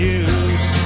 use